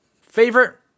Favorite